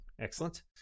excellent